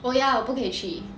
oh yea 我不可以去